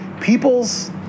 people's